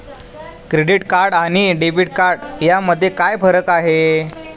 Credit card आणि debit card यामध्ये काय फरक आहे?